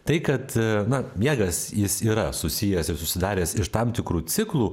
tai kad na miegas jis yra susijęs ir susidaręs iš tam tikrų ciklų